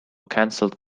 cancelled